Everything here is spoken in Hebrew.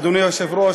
אדוני היושב-ראש,